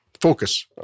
focus